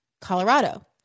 Colorado